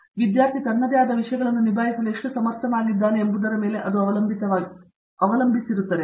ಮೂರ್ತಿ ಸರಿ ವಿದ್ಯಾರ್ಥಿ ತನ್ನದೇ ಆದ ವಿಷಯಗಳನ್ನು ನಿಭಾಯಿಸಲು ಎಷ್ಟು ಸಮರ್ಥನಾಗಿದ್ದಾನೆ ಎಂಬುದರ ಮೇಲೆ ಅದು ಅವಲಂಬಿಸಿರುತ್ತದೆ